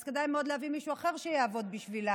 אז כדאי מאוד להביא מישהו אחר שיעבוד בשבילם.